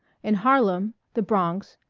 in harlem, the bronx,